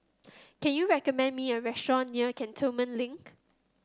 can you recommend me a restaurant near Cantonment Link